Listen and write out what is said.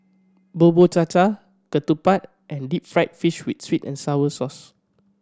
Bubur Cha Cha ketupat and deep fried fish with sweet and sour sauce